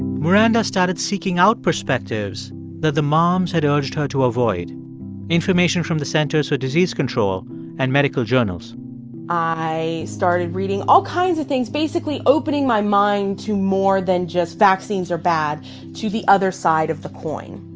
maranda started seeking out perspectives that the moms had urged her to avoid information from the centers for disease control and medical journals i started reading all kinds of things, basically opening my mind to more than just vaccines are bad to the other side of the coin